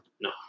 no